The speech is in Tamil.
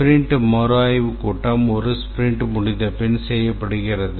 ஸ்பிரிண்ட் மறுஆய்வு விழா ஒரு ஸ்பிரிண்ட் முடிந்தபின் செய்யப்படுகிறது